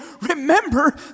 remember